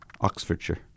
Oxfordshire